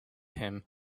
him